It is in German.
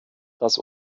das